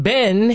Ben